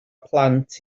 plant